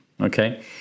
Okay